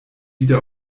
wieder